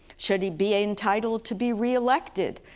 should he be entitled to be reelected,